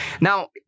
Now